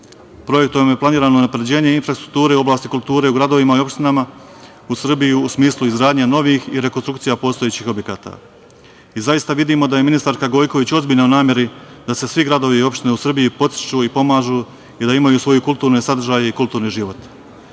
Projektom je planirano unapređenje infrastrukture u oblasti kulture u gradovima i opštinama u Srbiji, a u smislu izgradnje novih i rekonstrukcije postojećih objekata. Zaista vidimo da je ministarka Gojković u ozbiljnoj nameri da se svi gradovi i opštine u Srbiji podstiču i pomažu i da imaju svoje kulturne sadržaje i kulturni život.